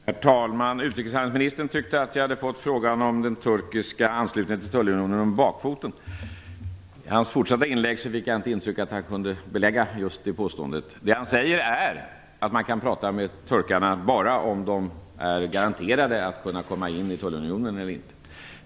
Herr talman! Utrikeshandelsministern tyckte att jag hade fått frågan om den turkiska anslutningen till tullunionen om bakfoten. Jag tyckte inte att han i fortsättningen av sitt inlägg kunde belägga det påståendet. Han säger att man kan tala med turkarna bara om de är garanterade att komma in i tullunionen.